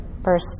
verse